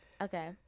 okay